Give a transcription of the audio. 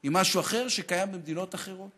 היא משהו אחר, היא משהו אחר, שקיים במדינות אחרות,